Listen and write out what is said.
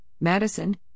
Madison